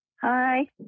Hi